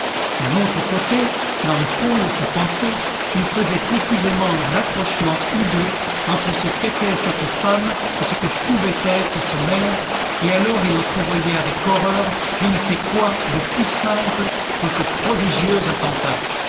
d'un autre côté dans le fond de sa pensée il faisait confusément un rapprochement hideux entre ce qu'était cette femme et ce que pouvait être ce maire et alors il entrevoyait avec horreur je ne sais quoi de tout simple dans ce prodigieux attentat